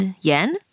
yen